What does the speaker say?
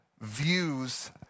Views